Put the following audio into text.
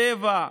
צבע,